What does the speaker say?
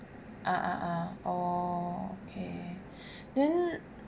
uh uh uh orh okay then